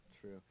true